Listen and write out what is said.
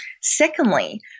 Secondly